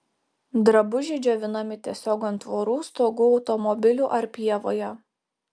drabužiai džiovinami tiesiog ant tvorų stogų automobilių ar pievoje